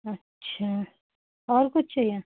अच्छा और कुछ चाहिए